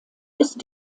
ist